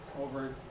Over